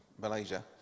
Malaysia